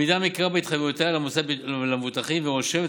המדינה מכירה בהתחייבותה למוסד ולמבוטחים ורושמת